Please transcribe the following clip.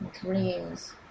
Dreams